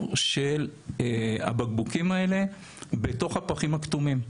של הבקבוקים האלה בתוך הפחים הכתומים.